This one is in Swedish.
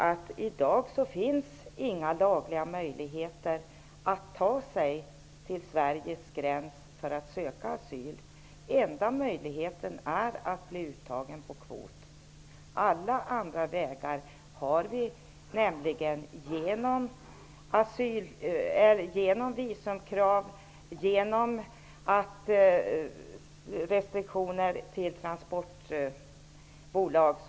I dag finns inga lagliga möjligheter att ta sig till Sveriges gräns för att söka asyl. Den enda möjligheten är att bli uttagen på kvot. Alla andra vägar har vi nämligen stängt, genom visumkrav och genom restriktioner för transportbolag.